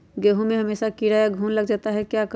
गेंहू में हमेसा कीड़ा या घुन लग जाता है क्या करें?